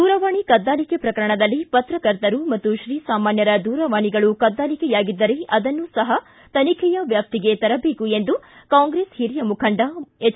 ದೂರವಾಣಿ ಕದ್ದಾಲಿಕೆ ಪ್ರಕರಣದಲ್ಲಿ ಪತ್ರಕರ್ತರು ಮತ್ತು ಶ್ರೀಸಾಮಾನ್ಯರ ದೂರವಾಣಿಗಳು ಕದ್ದಾಲಿಕೆಯಾಗಿದ್ದರೆ ಅದನ್ನೂ ಸಹ ತನಿಖೆಯ ವ್ಯಾಪ್ತಿಗೆ ತರಬೇಕು ಎಂದು ಕಾಂಗ್ರಸ್ ಹಿರಿಯ ಮುಖಂಡ ಎಚ್